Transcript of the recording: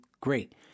Great